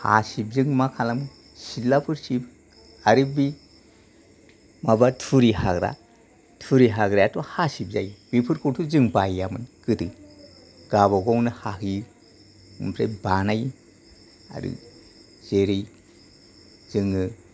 हासिबजों मा खालामो सिथ्लाफोर सिबो आरो बे माबा थुरि हाग्रा थुरि हाग्रायाथ' हासिब जायो बेफोरखौथ' जों बायामोन गोदो गावबा गावनो हाहैयो ओमफ्राय बानायो आरो जेरै जोङो